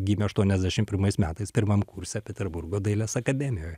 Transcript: gimė aštuoniasdešim pirmais metais pirmam kurse peterburgo dailės akademijoj